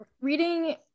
reading